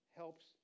helps